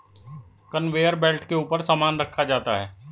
conveyor belt के ऊपर सामान रखा जाता है